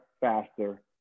faster